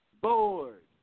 Board